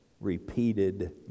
repeated